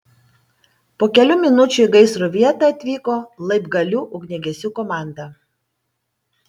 po kelių minučių į gaisro vietą atvyko laibgalių ugniagesių komanda